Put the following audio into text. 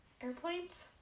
airplanes